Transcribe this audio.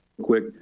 quick